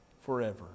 forever